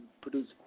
Produce